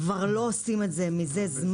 כבר לא עושים את זה מזה זמן רב.